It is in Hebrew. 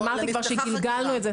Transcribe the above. אמרתי כבר שגלגלנו את זה.